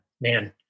man